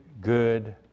good